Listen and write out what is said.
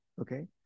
Okay